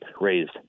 raised